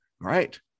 Right